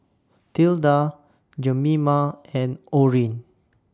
Tilda Jemima and Orrin